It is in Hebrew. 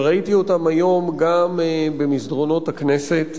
וראיתי אותם היום גם במסדרונות הכנסת,